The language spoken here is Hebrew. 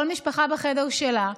כל משפחה בחדר שלה,